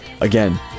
again